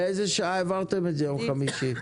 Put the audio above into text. באיזו שעה העברתם את זה ביום חמישי?